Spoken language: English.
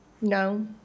no